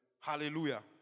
Hallelujah